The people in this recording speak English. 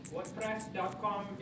WordPress.com